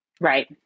Right